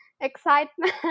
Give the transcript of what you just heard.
excitement